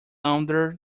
under